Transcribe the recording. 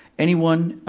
anyone